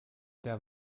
der